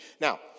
Now